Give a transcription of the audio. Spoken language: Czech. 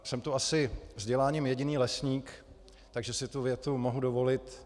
Jsem tu asi vzděláním jediný lesník, takže si tu větu mohu dovolit.